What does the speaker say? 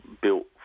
built